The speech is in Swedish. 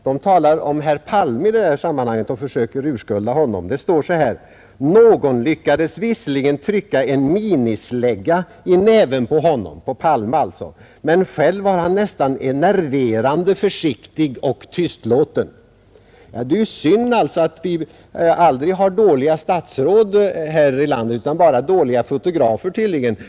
Man talar i detta sammanhang om herr Palme och försöker urskulda honom: »Någon lyckades visserligen trycka en minislägga i näven på honom men själv var han nästan enerverande försiktig och tystlåten.» Det är ju synd att vi aldrig har dåliga statsråd här i landet utan bara dåliga fotografer tydligen.